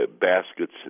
baskets